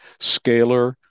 scalar